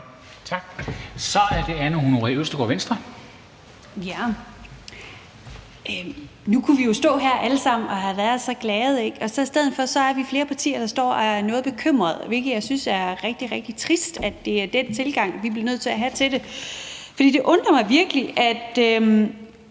Kl. 17:11 Anne Honoré Østergaard (V): Nu kunne vi jo stå her alle sammen og have været så glade, ikke, og i stedet for er vi flere partier, der står og er noget bekymrede, hvilket jeg synes er rigtig, rigtig trist, altså at det er den tilgang, vi bliver nødt til at have til det. For det undrer mig virkelig, når